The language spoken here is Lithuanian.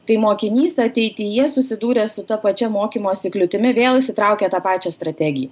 tai mokinys ateityje susidūręs su ta pačia mokymosi kliūtimi vėl išsitraukia tą pačią strategiją